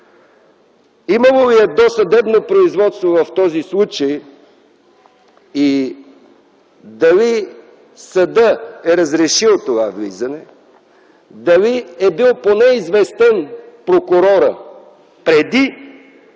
Имало ли е досъдебно производство в този случай и дали съдът е разрешил това влизане? Дали е бил известен прокурорът, преди